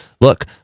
Look